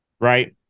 right